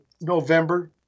November